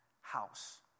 house